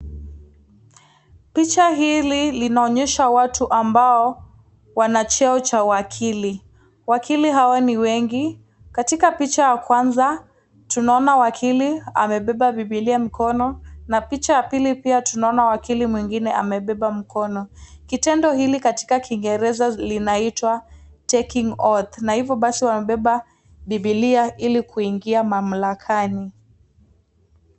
Picha hili linaonyesha watu ambao wana cheo cha uwakili, wakili hawa ni wengi. Katika picha ya kwanza tunaona wakili amebeba bibilia mkono na picha ya pili pia tunaona wakili mwingine amebeba mkono. Kitendo hili katika kingereza linaitwa (CS)taking oath(CS )na hivi basi wamebeba bibilia ili kuingia mamlakani.